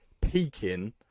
peaking